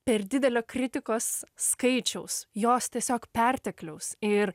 per didelio kritikos skaičiaus jos tiesiog pertekliaus ir